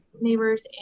neighbors